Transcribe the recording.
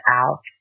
out